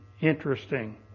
interesting